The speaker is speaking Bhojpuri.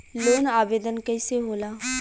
लोन आवेदन कैसे होला?